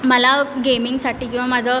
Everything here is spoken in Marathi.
मला गेमिंगसाठी किंवा माझं